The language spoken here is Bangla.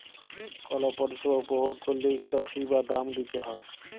কল পরিছেবা উপভগ ক্যইরলে ইকটা ফি বা দাম দিইতে হ্যয়